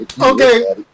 Okay